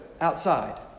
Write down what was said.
outside